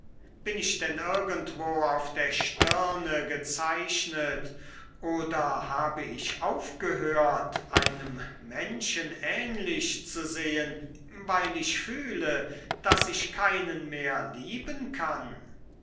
bin ich denn irgendwo auf der stirne gezeichnet oder habe ich aufgehört einem menschen ähnlich zu sehen weil ich fühle daß ich keinen mehr lieben kann